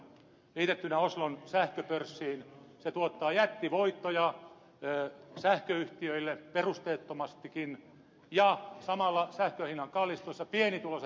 liitettynä oslon sähköpörssiin se tuottaa jättivoittoja sähköyhtiöille perusteettomastikin ja samalla sähkönhinnan kallistuessa pienituloiset kärsivät